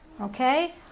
Okay